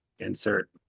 Insert